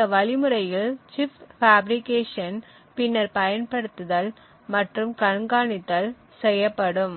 இந்த வழிமுறையில் chip fabrication பின்னர் பயன்படுத்தல் மற்றும் கண்காணித்தல் செய்யப்படும்